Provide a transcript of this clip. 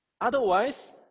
Otherwise